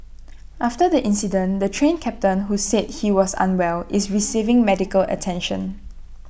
after the incident the Train Captain who said he was unwell is receiving medical attention